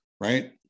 right